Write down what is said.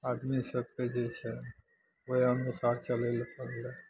आदमी सबके जे छै ओहि अनुसार चलै लए परलै